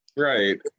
Right